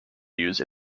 used